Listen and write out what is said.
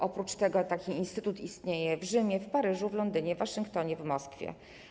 Oprócz tego taki instytut istnieje w Rzymie, w Paryżu, w Londynie, w Waszyngtonie, w Moskwie.